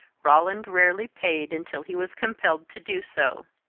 roland rarely paid until he was compelled to do so.